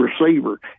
receiver